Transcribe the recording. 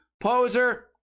Poser